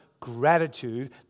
gratitude